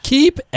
Keep